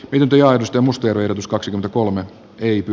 yliajosta mustia verotus kaksi kolme riipi